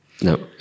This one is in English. No